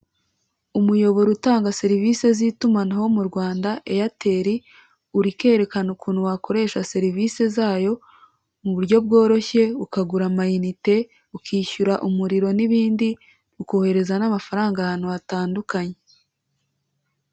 Umuyoboro utanga serivise z'itumanaho mu Rwanda eyateri, urikwerekana ukuntu wakoresha serivisi zayo mu buryo bworoshye, ukagura amayinite, ukishyura umuriro n'ibindi, ukohereza n'amafaranga ahantu hatandukanye.